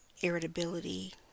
irritability